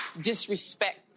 disrespect